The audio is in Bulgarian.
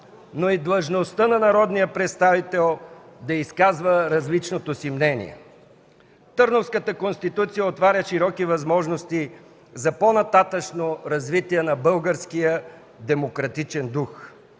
но и длъжността на народния представител да изказва различното си мнение. Търновската конституция отваря широки възможности за по-нататъшно развитие на българския демократичен дух,